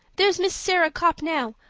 there's miss sarah copp now.